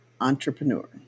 entrepreneur